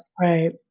right